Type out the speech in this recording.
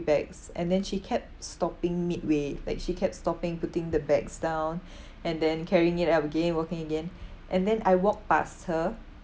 bags and then she kept stopping midway like she kept stopping putting the bags down and then carrying it up again walking again and then I walked past her